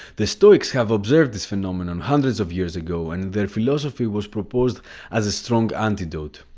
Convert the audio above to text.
the stoics have observed this phenomenon hundreds of years ago and their philosophy was proposed as a strong antidote.